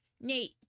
Nate